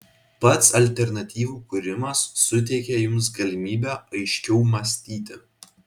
pats alternatyvų kūrimas suteikia jums galimybę aiškiau mąstyti